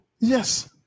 Yes